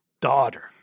daughter